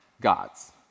gods